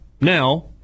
Now